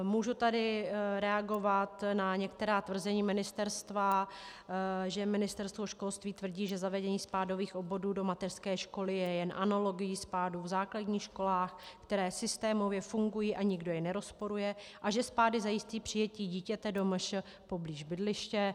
Můžu tady reagovat na některá tvrzení ministerstva, že Ministerstvo školství tvrdí, že zavedení spádových obvodů do mateřské školy je jen analogií spádů v základních školách, které systémově fungují, a nikdo je nerozporuje, a že spády zajistí přijetí dítěte do MŠ poblíž bydliště.